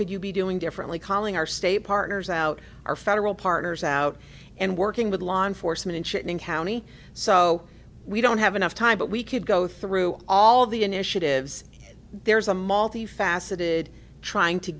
could you be doing differently calling our state partners out our federal partners out and working with law enforcement and shit in county so we don't have enough time but we could go through all the initiatives there's a multi faceted trying to